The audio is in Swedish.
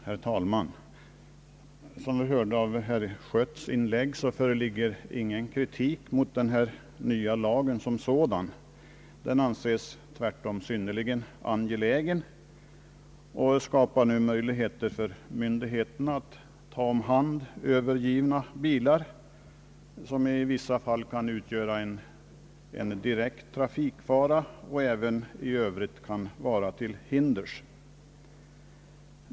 Herr talman! Som vi hörde av herr Schötts inlägg har det inte riktats kritik mot den nya lagen som sådan. Den anses synnerligen angelägen, då den skapar möjligheter för myndigheterna att ta om hand övergivna bilar som i vissa fall kan utgöra en direkt trafikfara och i varje fall kan vara till hinders.